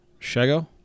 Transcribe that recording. Shago